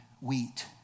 wheat